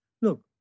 Look